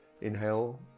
Inhale